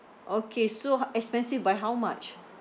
okay so expensive by how much